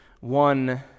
one